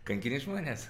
kankini žmones